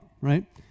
right